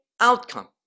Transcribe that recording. outcome